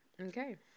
Okay